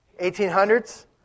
1800s